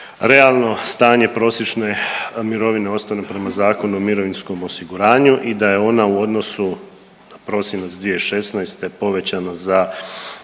realno stanje prosječne mirovine uostalom prema Zakonu o mirovinskom osiguranju i da je ona u odnosu na prosinac 2016. povećana za